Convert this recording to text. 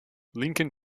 lincoln